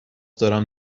دارم